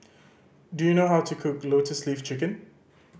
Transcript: do you know how to cook Lotus Leaf Chicken